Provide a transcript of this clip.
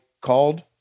called